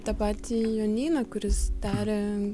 tą patį jonyną kuris taria